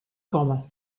komme